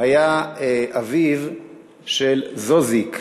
היה אביו של זוזיק,